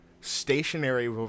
stationary